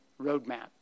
roadmap